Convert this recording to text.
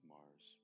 Mars